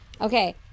Okay